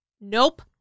nope